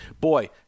boy